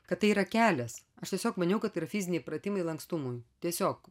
kad tai yra kelias aš tiesiog maniau kad tai yra fiziniai pratimai lankstumui tiesiog